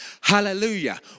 Hallelujah